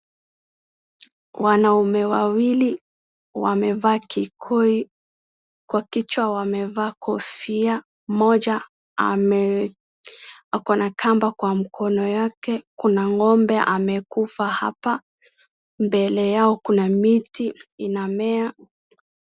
Wanaume wawili wamevaa kikoi kwa kichwa wamevaa kofia mmoja ako na kamba kwa mkono yake. Kuna ng'ombe amekufa hapa mbele yao kuna miti inamea.